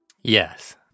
Yes